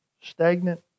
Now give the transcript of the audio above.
stagnant